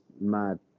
mad